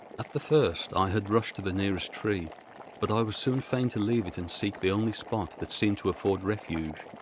at the first i had rushed to the nearest tree but i was soon fain to leave it and seek the only spot that seemed to afford refuge,